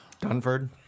Dunford